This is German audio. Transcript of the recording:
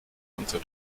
unter